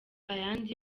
ayandi